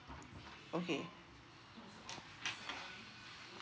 okay